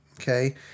okay